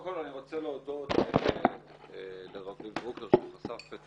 כל רוצה להודות לרביב דרוקר שחשף את